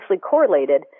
correlated